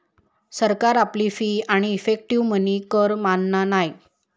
सरकार आपली फी आणि इफेक्टीव मनी कर मानना नाय